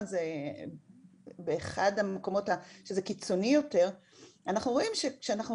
זה אחד המקומות שזה קיצוני יותר ואנחנו רואים שכשאנחנו